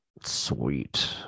Sweet